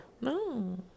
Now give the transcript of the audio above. no